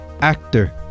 actor